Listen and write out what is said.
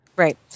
right